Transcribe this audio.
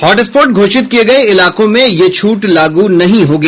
hot spot घोषित किए गए इलाकों में यह छूट लागू नहीं होगी